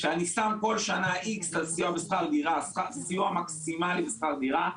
שאני שם בכל שנה X שקלים על סיוע מקסימלי לשכר דירה.